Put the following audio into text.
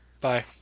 bye